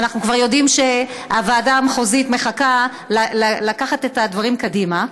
ואנחנו כבר יודעים שהוועדה המחוזית מחכה לקחת את הדברים קדימה.